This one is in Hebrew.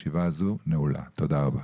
ישיבה שזו נעולה, תודה רבה.